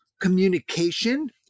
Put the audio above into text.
communication